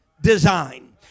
design